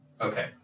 Okay